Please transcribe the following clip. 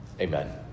Amen